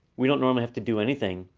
we don't normally have to do anything,